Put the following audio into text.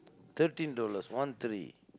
thirteen dollars one three